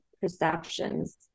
perceptions